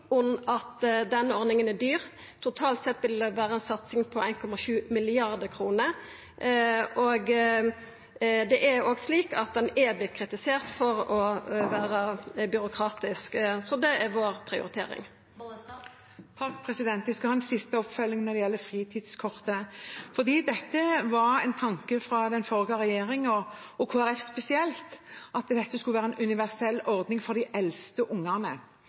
at denne ordninga er dyr. Totalt sett vil det vera ei satsing på 1,7 mrd. kr. Ordninga er òg vorten kritisert for å vera byråkratisk. Så det er vår prioritering. Olaug Vervik Bollestad – til oppfølgingsspørsmål. Jeg skal ha en siste oppfølging når det gjelder fritidskortet. Det var en tanke fra den forrige regjeringen, og Kristelig Folkeparti spesielt, at dette skulle være en universell ordning for de eldste ungene.